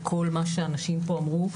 ולכל מה שאנשים פה אמרו,